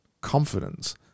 confidence